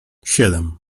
siedem